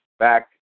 Back